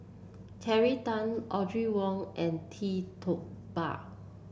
Terry Tan Audrey Wong and Tee Tua Ba